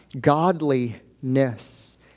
godliness